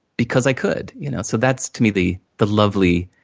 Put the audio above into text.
because i could. you know so, that's, to me, the the lovely